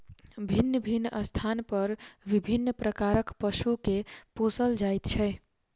भिन्न भिन्न स्थान पर विभिन्न प्रकारक पशु के पोसल जाइत छै